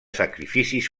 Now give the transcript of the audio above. sacrificis